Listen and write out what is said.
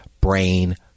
brain